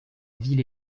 ville